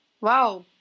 wow